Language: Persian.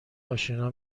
آشنا